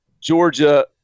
Georgia